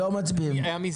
לא מצביעים.